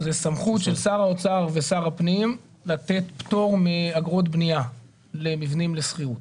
הוא סמכות של שר האוצר ושר הפנים לתת פטור מאגרות בנייה למבנים לשכירות.